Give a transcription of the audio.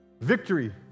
victory